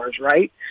right